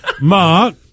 Mark